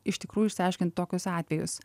iš tikrųjų išsiaiškint tokius atvejus